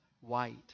white